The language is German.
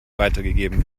weitergegeben